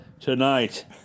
Tonight